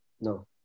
No